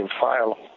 file